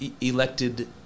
elected